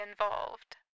involved